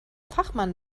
fachmann